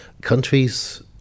Countries